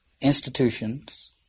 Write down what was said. institutions